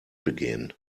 begehen